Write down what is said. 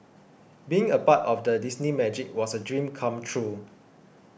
being a part of the Disney Magic was a dream come true